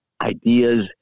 ideas